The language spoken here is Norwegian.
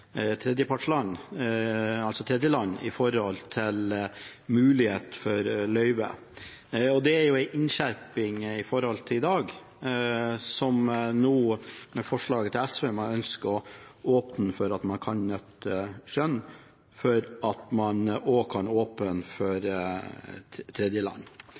tredjeland – med tanke på mulighet for løyve – det er jo en innskjerping i forhold til i dag. Med forslaget til SV ønsker man å åpne for at man kan nytte skjønn når det gjelder å åpne for tredjeland. Vi ser også at både store organisasjoner som LO og for